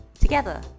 Together